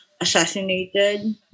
assassinated